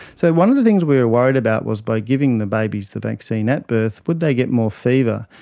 so one of the things we were worried about was by giving the babies the vaccine at birth, would they get more fever?